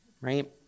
right